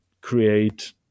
create